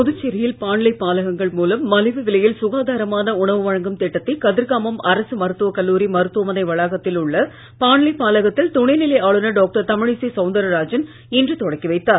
புதுச்சேரியில் பாண்லே பாலகங்கள் மூலம் மலிவு விலையில் சுகாதாரமான உணவு வழங்கும் திட்டத்தை கதிர்காமம் அரசு மருத்துவக் கல்லூரி மருத்துவமனை வளாகத்தில் உள்ள பாண்லே பாலகத்தில் துணைநிலை ஆளுநர் டாக்டர் தமிழிசை சவுந்தரராஜன் இன்று தொடங்கி வைத்தார்